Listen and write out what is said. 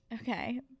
Okay